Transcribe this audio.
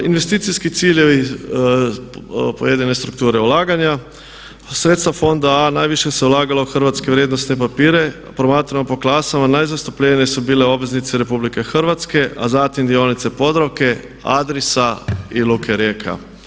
Investicijski ciljevi pojedine strukture ulaganja, sredstva fonda A najviše se ulagalo u hrvatske vrijednosne papire, promatrano po klasama najzastupljeniji su bile obveznice RH a zatim dionice Podravke, Adrisa i Luke Rijeka.